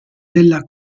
della